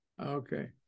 okay